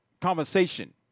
conversation